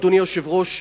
אדוני היושב-ראש,